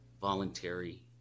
voluntary